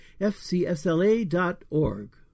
fcsla.org